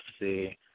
see